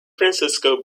francisco